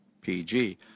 PG